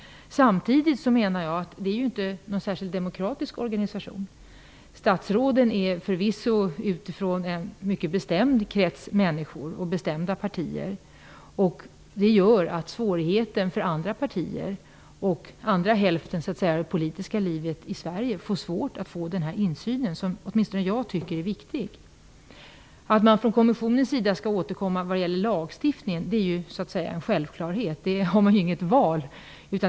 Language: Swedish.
Samtidigt anser jag att det inte är någon särskilt demokratisk organisation. Statsråden är förvisso från en mycket bestämd krets människor och från bestämda partier. Det innebär att andra partier och den andra hälften av det politiska livet i Sverige har svårt att få den insyn som jag tycker är viktig. Att kommissionen skall återkomma när det gäller lagstiftningen är ju en självklarhet. Där har man inget val.